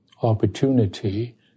opportunity